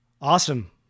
Awesome